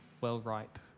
well-ripe